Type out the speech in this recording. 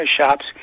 shops